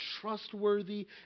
trustworthy